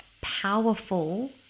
powerful